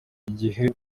igihe